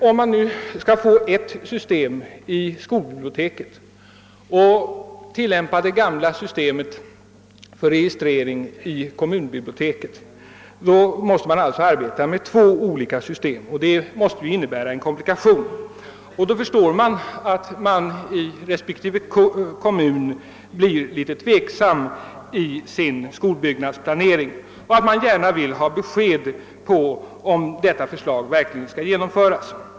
Om man skall få ett nytt system i skolbiblioteket och tillämpa det gamla systemet för registrering i kommunbiblioteket, måste man alltså arbeta med två olika system, vilket innebär en komplikation. Det är förståeligt att man i respektive kommuner blir litet tveksam i sin skolbyggnadsplanering och gärna vill ha besked om huruvida detta förslag verkligen skall genomföras.